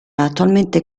attualmente